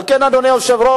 על כן, אדוני היושב-ראש,